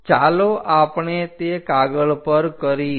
તો ચાલો આપણે તે કાગળ પર કરીએ